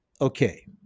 Okay